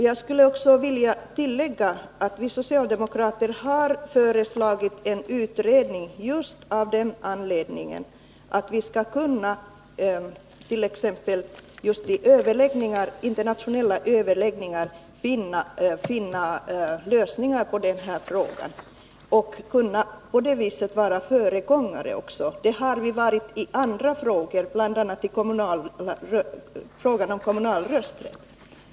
Jag skulle vilja tillägga att vi socialdemokrater har föreslagit en utredning just av den anledningen att vi t.ex. i internationella överläggningar skulle kunna finna lösningar på den här frågan och på det sättet också vara föregångare. Det har vi varit i andra frågor, bl.a. i frågan om kommunal rösträtt.